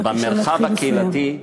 בבקשה להתחיל לסיים.